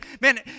man